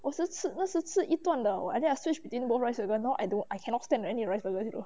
我是吃那时吃一段的 and then I switch between both rice burger no I don't I cannot stand any rice burger you know